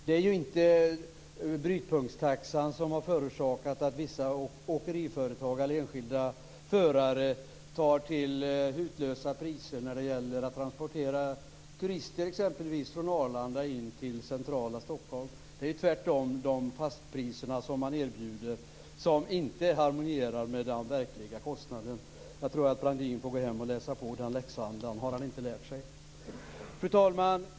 Det är ju inte brytpunktstaxan som har förorsakat att vissa åkeriföretag eller enskilda förare tar till hutlösa priser för att t.ex. transportera turister från Arlanda till centrala Stockholm. Det är tvärtom de fastpriser som man erbjuder som inte harmonierar med den verkliga kostnaden. Jag tror att Brandin får gå hem och läsa på den läxan, för den har han inte lärt sig. Fru talman!